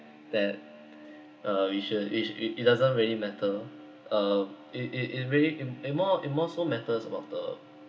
that uh we should it it doesn't really matter uh it it it really um it more it more so matters about the